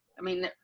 i mean,